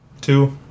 Two